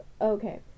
okay